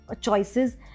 choices